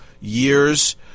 years